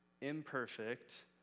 imperfect